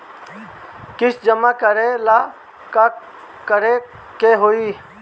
किस्त जमा करे ला का करे के होई?